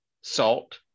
salt